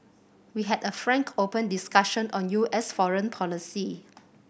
we had a frank open discussion on U S foreign policy